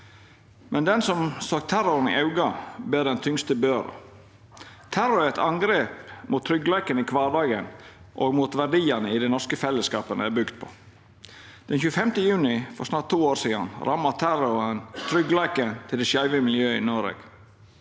men den som såg terroren i auga, ber den tyngste børa. Terror er eit angrep mot tryggleiken i kvardagen og mot verdiane som den norske fellesskapen er bygd på. Den 25. juni for snart to år sidan ramma terroren tryggleiken til det skeive miljøet i Noreg.